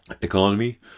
economy